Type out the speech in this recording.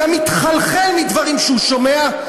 הוא היה מתחלחל מדברים שהוא היה שומע,